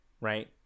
right